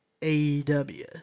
AEW